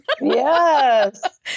Yes